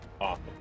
Awesome